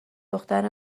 دختر